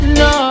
no